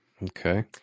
Okay